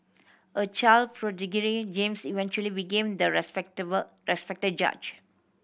a child prodigy James eventually became the respectable respected judge